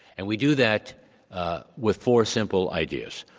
and we do that with four simple ideas.